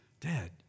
Dad